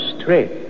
straight